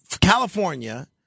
California